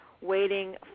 waiting